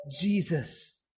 Jesus